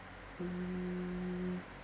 mm